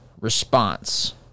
response